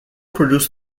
produce